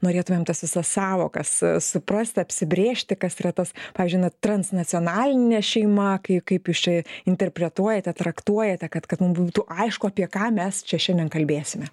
norėtumėm tas visas sąvokas suprasti apsibrėžti kas yra tas pavyzdžiui na transnacionalinė šeima kai kaip jūs čia interpretuojate traktuojate kad kad mum būtų aišku apie ką mes čia šiandien kalbėsime